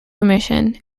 commission